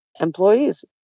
employees